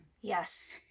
yes